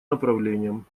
направлением